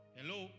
Hello